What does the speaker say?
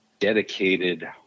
Dedicated